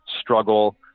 struggle